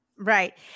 Right